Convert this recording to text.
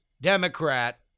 Democrat